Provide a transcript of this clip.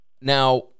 Now